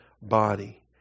body